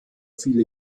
viele